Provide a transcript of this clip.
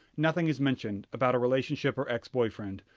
nothing is mentioned about a relationship or ex-boyfriend.